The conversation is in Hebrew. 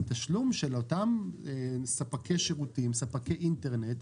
התשלום של אותם ספקי שירותים, ספקי אינטרנט.